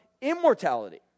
immortality